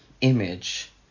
image